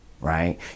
right